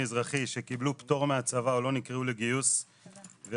אזרחי שקיבלו פטור מהצבא או לא נקראו לגיוס והחליטו